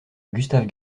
gustave